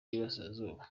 y’iburasirazuba